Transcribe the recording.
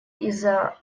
из‑за